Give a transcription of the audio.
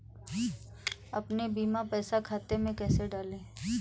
अपने बीमा का पैसा खाते में कैसे डलवाए?